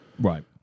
Right